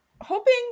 hoping